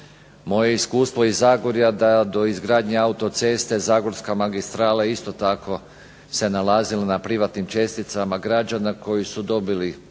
je iskustvo iz Zagorja da do izgradnje autoceste zagorska magistrala je isto tako se nalazila na privatnim česticama građana koji su dobili